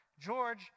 George